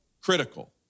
critical